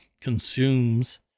consumes